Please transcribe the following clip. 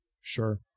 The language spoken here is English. sure